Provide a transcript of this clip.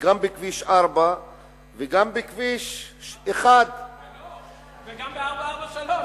וגם בכביש 4 וגם בכביש 1. וגם ב-443.